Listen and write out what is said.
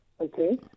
Okay